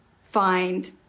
find